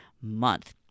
month